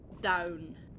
down